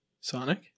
Sonic